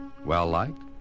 Well-liked